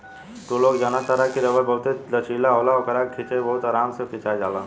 तू लोग जनतार की रबड़ बहुते लचीला होला ओकरा के खिचे पर बहुते आराम से खींचा जाला